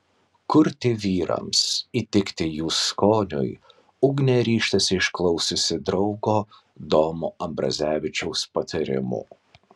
kurti vyrams įtikti jų skoniui ugnė ryžtasi išklausiusi draugo domo ambrazevičiaus patarimų